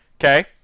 Okay